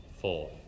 Four